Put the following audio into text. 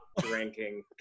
drinking